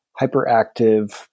hyperactive